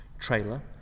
trailer